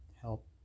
help